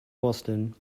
boston